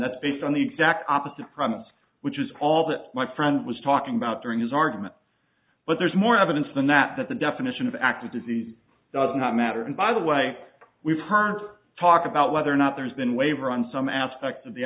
that's based on the exact opposite problem which is all that my friend was talking about during his argument but there's more evidence than that that the definition of active disease does not matter and by the way we've heard talk about whether or not there's been waiver on some aspects of the